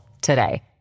today